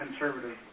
conservative